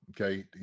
Okay